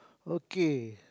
okay